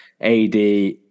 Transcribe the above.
AD